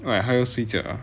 !wah! 她要睡觉了